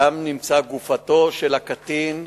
ושם נמצאה גופתו של הקטין,